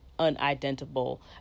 unidentifiable